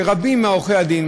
שבהם רבים מעורכי הדין,